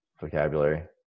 vocabulary